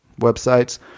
websites